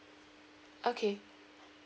okay